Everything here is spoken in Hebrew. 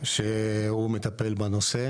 שהוא מטפל בנושא